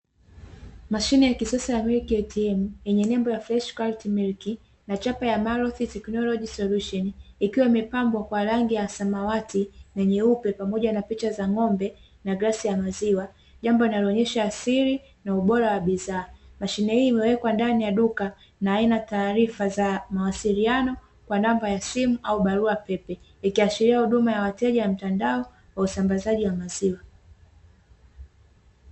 Mashine ya jisasa ya milk "ATM" yebnye nembo ya na chapa ya "macloth technology solution", ikiwa imepambwa kwa rangi ya samawati na nyeupe pamoja na picha za ng'ombe na glasi ya maziwa jambo, linalo asili na ubora wa bidhaa mashine hii imewekwa ndani ya duka na ina taarifa za mawasiliano na namba ya simu au kwa barua pepe, ikiashiria huduma kwa wateja wa mtandao wa usambazaji wa maziwa.